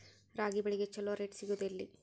ರಾಗಿ ಬೆಳೆಗೆ ಛಲೋ ರೇಟ್ ಸಿಗುದ ಎಲ್ಲಿ?